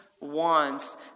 wants